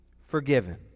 forgiven